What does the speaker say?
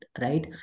right